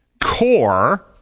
core